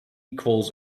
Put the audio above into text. equals